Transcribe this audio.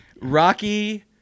Rocky